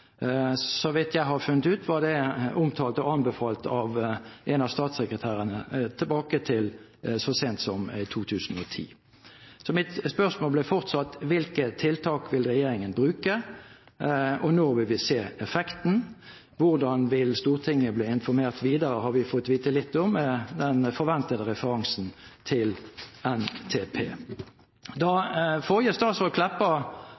Så vidt jeg har funnet ut, var det omtalt og anbefalt av en av statssekretærene så sent tilbake som i 2010. Så mitt spørsmål blir fortsatt: Hvilke tiltak vil regjeringen bruke, og når vil vi se effekten? Hvordan Stortinget vil bli informert videre, har vi fått vite litt om, ved den forventede referansen til NTP.